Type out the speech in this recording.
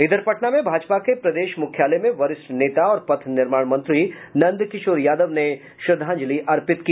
इधर पटना में भाजपा के प्रदेश मुख्यालय में वरिष्ठ नेता और पथ निर्माण मंत्री नंदकिशोर यादव ने श्रद्धांजलि अर्पित की